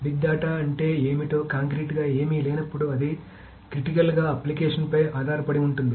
big data అంటే ఏమిటో కాంక్రీటుగా ఏమీ లేనప్పుడు అది క్రిటికల్గా అప్లికేషన్పై ఆధారపడి ఉంటుంది